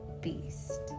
Beast